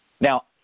Now